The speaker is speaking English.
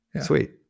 Sweet